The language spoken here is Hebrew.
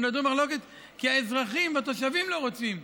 הוא נתון במחלוקת, כי האזרחים והתושבים לא רוצים.